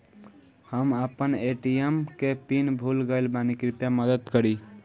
हम आपन ए.टी.एम के पीन भूल गइल बानी कृपया मदद करी